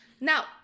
now